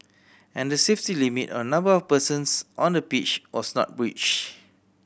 and the safety limit on number of persons on the pitch was not breached